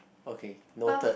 okay noted